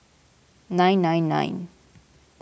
nine nine nine